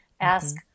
ask